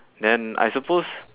then I suppose